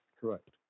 Correct